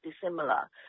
dissimilar